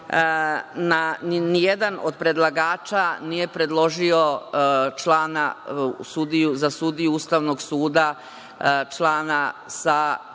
nijedan od predlagača nije predložio člana, sudiju, za sudiju Ustavnog suda, člana sa